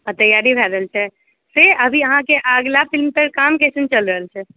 हँ तैआरी भए रहल छै फिर अभी अहाँके अगिला फिल्मपर काम कइसन चलि रहल छै